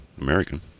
American